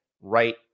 right